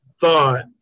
thought